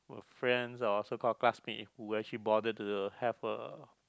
a friends or also called classmate who actually bothered to have a